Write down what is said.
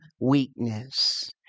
weakness